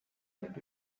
that